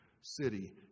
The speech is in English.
city